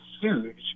huge